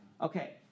Okay